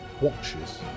watches